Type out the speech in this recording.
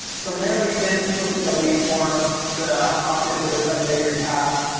from there we send people to the lead form to opt in for the seven day free pass.